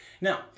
Now